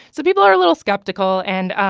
so people are a little skeptical. and,